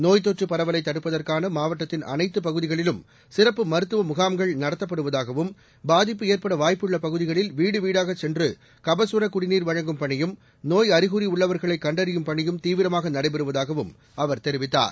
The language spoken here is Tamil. நோய்த் தொற்றுப் பரவலை தடுப்பதற்கான மாவட்டத்தின் அனைத்தப் பகுதிகளிலும் சிறப்பு மருத்துவ முகாம்கள் நடத்தப்படுவதாகவும் பாதிப்பு ஏற்பட வாய்ப்புள்ள பகுதிகளில் வீடு வீடாக சென்று கபசர குடிநீர் வழங்கும் பணியும் நோய் அழிகுறி உள்ளவர்களை கண்டறியும் பணியும் தீவிரமாக நடைபெறுவதாகவும் அவர் தெரிவித்தார்